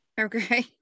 Okay